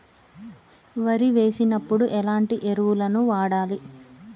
వరి వేసినప్పుడు ఎలాంటి ఎరువులను వాడాలి?